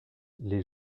les